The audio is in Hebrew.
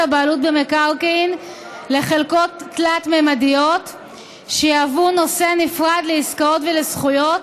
הבעלות במקרקעין לחלקות תלת-ממדיות שיהוו נושא נפרד לעסקאות ולזכויות